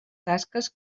tasques